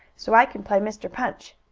so i can play mr. punch.